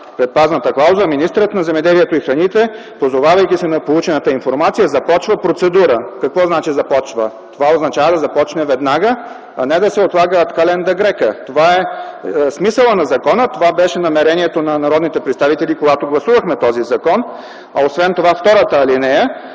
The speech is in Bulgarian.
предпазната клауза, министърът на земеделието и храните, позовавайки се на получената информация, започва процедура.” Какво значи „започва”? Това означава да започне веднага, а не да се отлага ад календа грека. Това е смисълът на закона, това беше намерението на народните представители, когато гласувахме този закон. Освен това втората алинея